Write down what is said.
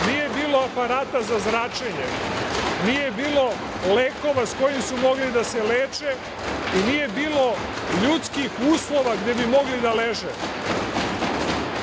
Nije bilo aparata za zračenje, nije bilo lekova sa kojim su mogli da se leče i nije bilo ljudskih uslova gde bi mogli da leže.